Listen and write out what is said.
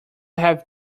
have